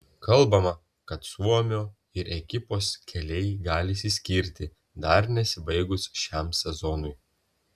kalbama kad suomio ir ekipos keliai gali išsiskirti dar nesibaigus šiam sezonui